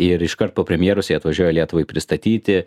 ir iškart po premjeros jie atvažiuoja lietuvai pristatyti